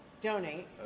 Donate